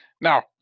Now